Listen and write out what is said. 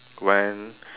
went